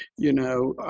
you know,